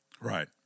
Right